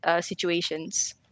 situations